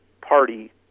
party